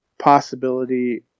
possibility